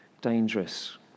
dangerous